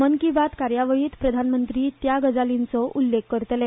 मन की बात कार्यावळींत प्रधानमंत्री त्या गजालींचो उछ्छेख करतले